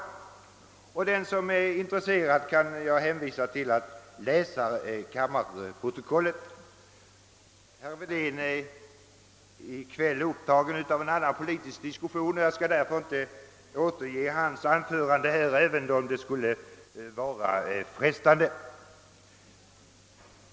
Den som är intresserad kan jag hänvisa till att läsa kammarprotokollet. Herr Wedén är i kväll upptagen av en annan politisk diskussion, och jag skall därför inte återge hans anförande, även om det skulle vara frestande.